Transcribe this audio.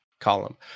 column